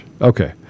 Okay